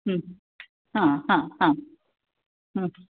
हां हां हां